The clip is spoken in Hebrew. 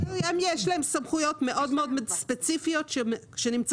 הם יש להם סמכויות מאוד מאוד ספציפיות שנמצאות